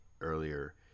earlier –